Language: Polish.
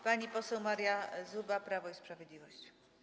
Pani poseł Maria Zuba, Prawo i Sprawiedliwość.